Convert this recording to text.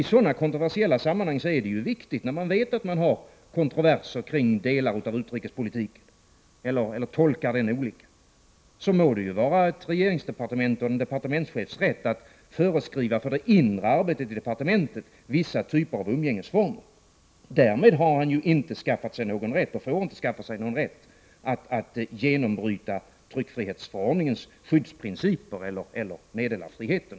I sådana sammanhang — när man vet att det finns kontroverser kring delar av utrikespolitiken eller tolkar den olika — må det vara ett regeringsdepartements och en departementschefs rätt att föreskriva vissa typer av umgängesformer för det inre arbetet i departementet. Därmed har han inte skaffat sig — och får inte skaffa sig — någon rätt att genombryta tryckfrihetsförordningens skyddsprinciper eller meddelarfriheten.